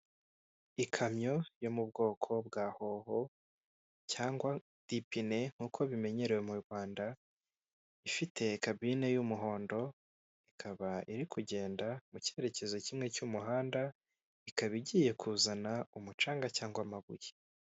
Ikamyo yo mu bwoko bwa hoho cyangwa dipine nkuko bimenyerewe mu Rwanda, ifite kabine y'umuhondo ikaba iri kugenda mu cyerekezo kimwe cy'umuhanda. Ikaba igiye kuzana umucanga cyangwa amabuye.